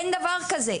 אין דבר כזה.